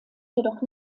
jedoch